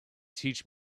teach